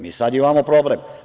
Mi sad imamo problem.